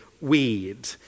weed